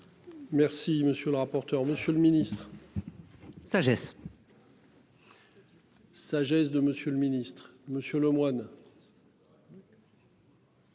Merci monsieur le rapporteur. Monsieur le Ministre. Sagesse. Sagesse de Monsieur le Ministre, Monsieur Lemoine.